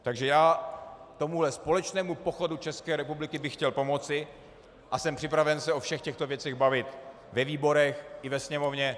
Takže já tomuhle společnému pochodu České republiky bych chtěl pomoci a jsem připraven se o všech těchto věcech bavit ve výborech i ve Sněmovně.